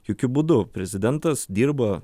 jokiu būdu prezidentas dirba